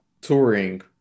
touring